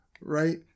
Right